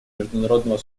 международного